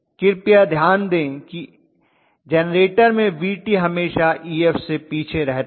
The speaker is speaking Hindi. कृपया ध्यान दें कि जेनरेटर में Vt हमेशा Ef से पीछे रहता है